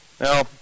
Now